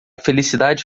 felicidade